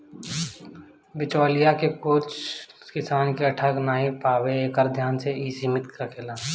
बिचौलिया कुल किसान के ठग नाइ पावे एकर ध्यान इ समिति रखेले